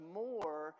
more